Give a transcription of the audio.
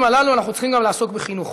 הללו אנחנו צריכים גם לעסוק בחינוך: